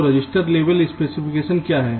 तो रजिस्टर लेबल स्पेसिफिकेशन क्या है